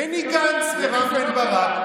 בני גנץ ורם בן ברק,